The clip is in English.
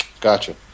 Gotcha